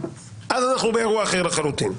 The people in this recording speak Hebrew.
אז אנחנו באירוע אחר לחלוטין,